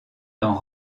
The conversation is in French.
dans